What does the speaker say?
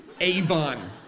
avon